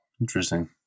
Interesting